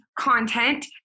content